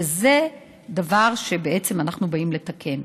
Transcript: וזה דבר שאנחנו באים לתקן.